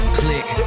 click